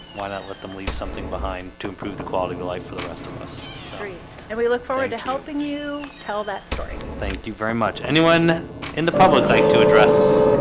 why not let them leave something behind to improve the quality of life for the rest of us and we look forward to helping you. tell that story. thank you very much. anyone in the public like to address?